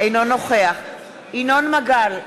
אינו נוכח ינון מגל,